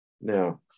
Now